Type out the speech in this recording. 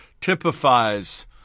typifies